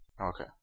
Okay